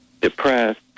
depressed